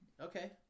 Okay